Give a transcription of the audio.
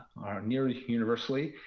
nearly universally,